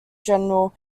general